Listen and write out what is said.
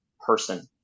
person